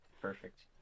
Perfect